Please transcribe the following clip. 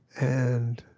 and